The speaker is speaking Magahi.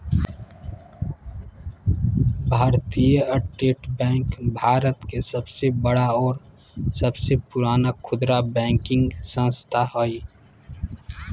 भारतीय स्टेट बैंक भारत के सबसे बड़ा और सबसे पुराना खुदरा बैंकिंग संस्थान हइ